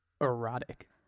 Erotic